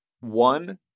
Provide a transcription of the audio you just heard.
one